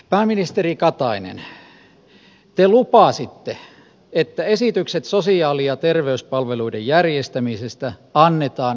pääministeri katainen te lupasitte että esitykset sosiaali ja terveyspalveluiden järjestämisestä annetaan ennen kuntavaaleja